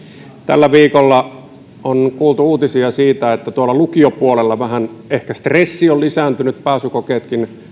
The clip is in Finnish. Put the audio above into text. tällä viikolla on kuultu uutisia siitä että tuolla lukiopuolella vähän ehkä stressi on lisääntynyt pääsykoeuudistus